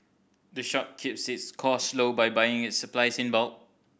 the shop keeps its costs low by buying its supplies in bulk